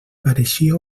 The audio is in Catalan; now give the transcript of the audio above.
pareixia